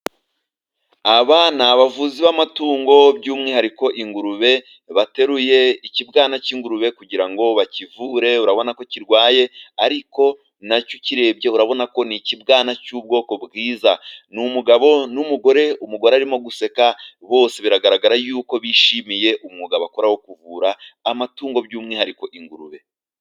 Aba ni abavuzi b'amatungo by'umwihariko ingurube, bateruye ikibwana cy'ingurube kugira ngo bakivure, urabona ko kirwaye ariko na cyo ukirebye urabona ko ni ikibwana cy'ubwoko bwiza, ni umugabo n'umugore, umugore arimo guseka bose biragaragara yuko bishimiye umwuga bakora wo kuvura amatungo by'umwihariko ingurube.